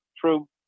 true